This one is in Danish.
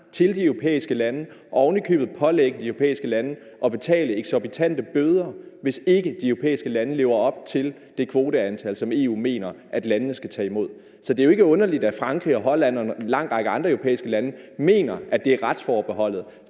lande kvoter af migranter og ovenikøbet pålægge de europæiske lande at betale eksorbitante bøder, hvis ikke de europæiske lande lever op til den kvoteandel, som EU mener at landene skal tage imod. Så det er ikke underligt, at Frankrig, Holland og en lang række andre europæiske lande mener, at det er retsforbeholdet,